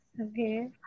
okay